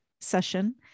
session